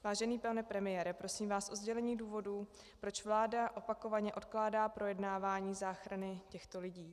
Vážený pane premiére, prosím vás o sdělení důvodů, proč vláda opakovaně odkládá projednávání záchrany těchto lidí.